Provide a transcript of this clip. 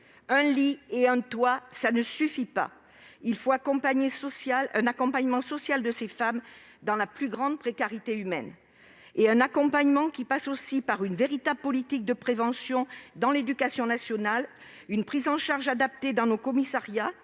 Un lit et un toit, cela ne suffit pas ! Il faut un accompagnement social de ces femmes, qui sont dans la plus grande précarité humaine. Cet accompagnement passe aussi par une véritable politique de prévention dans l'éducation nationale et par une prise en charge adaptée dans nos commissariats,